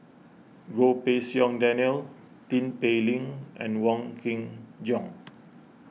Goh Pei Siong Daniel Tin Pei Ling and Wong Kin Jong